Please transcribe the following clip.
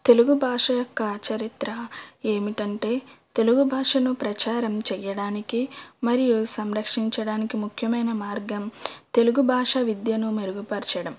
తెలుగు భాష యొక్క చరిత్ర ఏమిటి అంటే తెలుగు భాషను ప్రచారం చెయ్యడానికి మరియు సంరక్షించడానికి ముఖ్యమైన మార్గం తెలుగు భాష విద్యను మెరుగుపరచడం